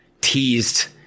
teased